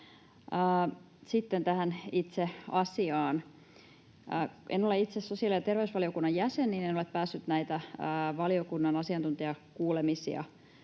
Sitten tähän itse asiaan: En ole itse sosiaali- ja terveysvaliokunnan jäsen, joten en ole päässyt näitä valiokunnan asiantuntijakuulemisia